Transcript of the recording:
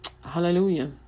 hallelujah